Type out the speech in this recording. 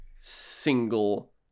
single